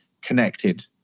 connected